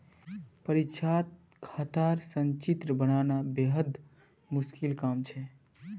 परीक्षात खातार संचित्र बनाना बेहद मुश्किल काम छ